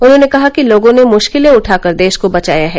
उन्होंने कहा कि लोगों ने मुश्किलें उठाकर देश को बचाया है